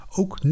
Ook